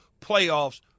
playoffs